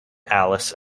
alice